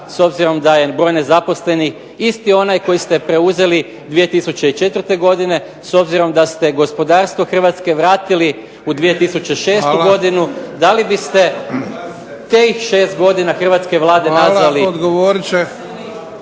s obzirom da je broj nezaposlenih isti onaj koji ste preuzeli 2004. godine, s obzirom da ste gospodarstvo Hrvatske vratili u 2006. godinu. .../Upadica predsjednik: Hvala./...